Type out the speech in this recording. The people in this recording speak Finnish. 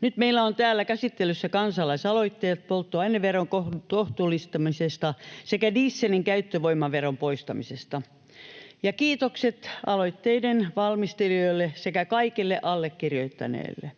Nyt meillä on täällä käsittelyssä kansalaisaloitteet polttoaineveron kohdalla kohtuullistamisesta sekä dieselin käyttövoimaveron poistamisesta. Kiitokset aloitteiden valmistelijoille sekä kaikille allekirjoittaneille.